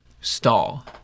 Stall